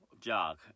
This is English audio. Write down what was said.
jog